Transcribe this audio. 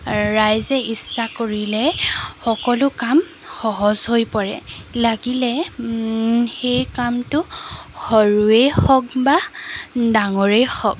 ৰাইজে ইচ্ছা কৰিলে সকলো কাম সহজ হৈ পৰে লাগিলে সেই কামটো সৰুৱেই হওক বা ডাঙৰেই হওক